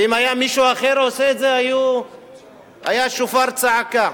ואם היה מישהו אחר עושה את זה היה שופר צעקה.